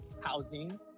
housing